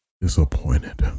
Disappointed